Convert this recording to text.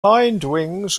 hindwings